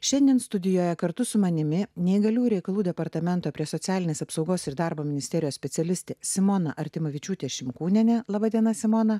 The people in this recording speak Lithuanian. šiandien studijoje kartu su manimi neįgaliųjų reikalų departamento prie socialinės apsaugos ir darbo ministerijos specialistė simona artimavičiūtė šimkūnienė laba diena simona